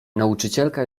nauczycielka